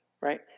right